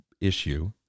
issue